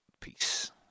Peace